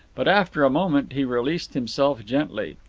but after a moment he released himself gently.